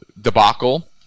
debacle